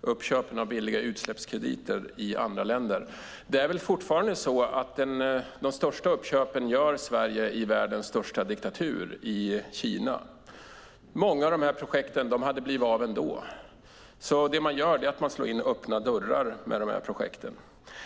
och uppköpen av billiga utsläppskrediter i andra länder. Det är väl fortfarande så att Sverige gör de största uppköpen i världens största diktatur, Kina. Många av de här projekten hade blivit av ändå. Det man gör är att man slår in öppna dörrar mellan de här projekten.